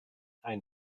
ein